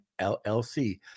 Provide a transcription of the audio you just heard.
LLC